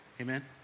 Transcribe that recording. Amen